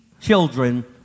children